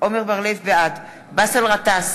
בעד באסל גטאס,